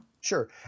Sure